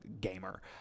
gamer